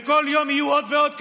וכל יום יהיו עוד ועוד כאלה,